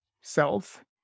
self